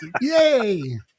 Yay